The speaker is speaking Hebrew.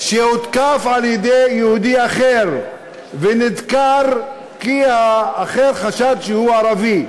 שהותקף על-ידי יהודי אחר ונדקר כי האחר חשד שהוא ערבי.